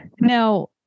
Now